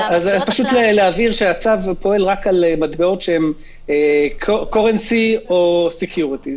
אז פשוט להבהיר שהצו פועל רק על מטבעות שהם currency או security,